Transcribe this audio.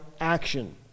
action